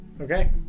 Okay